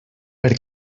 per